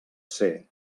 ser